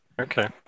Okay